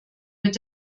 mit